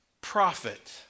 prophet